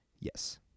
Yes